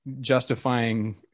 justifying